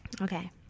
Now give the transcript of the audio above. Okay